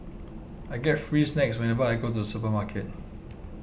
I get free snacks whenever I go to the supermarket